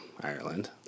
Ireland